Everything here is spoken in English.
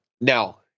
now